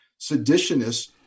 seditionists